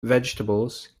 vegetables